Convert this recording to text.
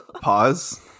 Pause